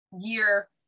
year